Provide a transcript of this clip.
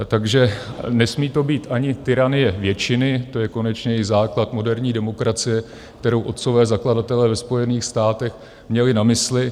Takže nesmí to být ani tyranie většiny, to je konečně i základ moderní demokracie, kterou otcové zakladatelé ve Spojených státech měli na mysli.